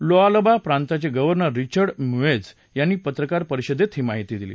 Lualaba प्रांताचे governor Richard Muyej यांनी पत्रकार परिषदेत ही माहिती दिली